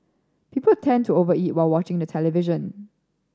people tend to over eat while watching the television